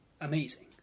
amazing